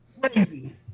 Crazy